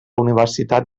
universitat